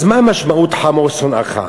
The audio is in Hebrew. אז מה המשמעות "חמור אחיך"?